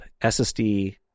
ssd